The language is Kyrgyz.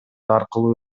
аркылуу